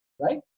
right